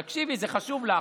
תקשיבי, זה חשוב לך.